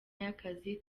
y’akazi